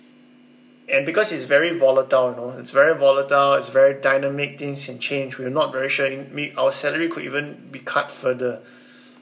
and because it's very volatile you know it's very volatile it's very dynamic things can change we're not very sure it may our salary could even be cut further